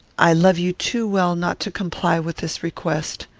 i love you too well not to comply with this request.